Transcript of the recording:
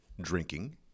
drinking